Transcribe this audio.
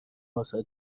واست